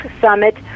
summit